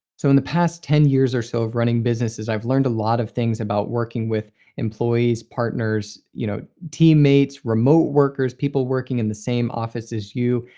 so in the past ten years or so of running businesses, i've learned a lot of things about working with employees, partners, you know team mates, remote workers, people working in the same office as you,